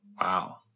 Wow